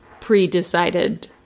pre-decided